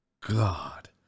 God